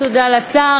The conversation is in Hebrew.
תודה לשר.